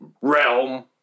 realm